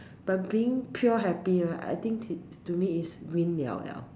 but being pure happy right I think t~ to me is win liao liao